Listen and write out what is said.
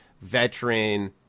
veteran